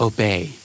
Obey